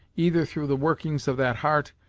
either through the workings of that heart,